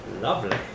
lovely